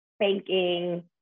banking